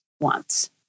wants